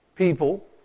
people